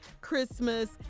Christmas